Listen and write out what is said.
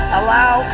allow